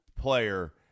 player